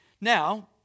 Now